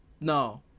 No